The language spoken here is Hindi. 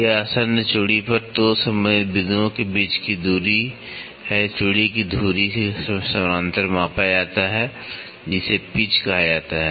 यह आसन्न चूड़ी पर 2 संबंधित बिंदुओं के बीच की दूरी है चूड़ी की धुरी के समानांतर मापा जाता है जिसे पिच कहा जाता है